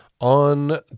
on